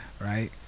right